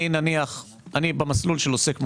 אני במסלול של עוסק מורשה,